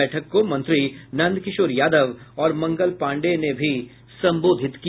बैठक को मंत्री नंदकिशोर यादव और मंगल पाण्डेय ने भी संबोधित किया